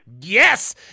Yes